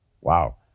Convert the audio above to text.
Wow